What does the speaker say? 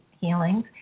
healings